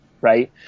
right